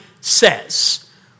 says